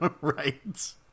Right